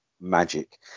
magic